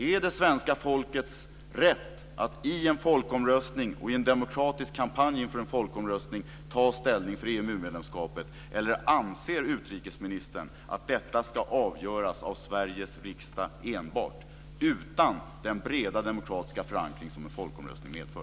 Är det svenska folkets rätt att i en folkomröstning och i en demokratisk kampanj inför en folkomröstning ta ställning till EMU-medlemskap, eller anser utrikesministern att detta ska avgöras av enbart Sveriges riksdag utan den breda demokratiska förankring som en folkomröstning medför?